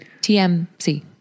TMC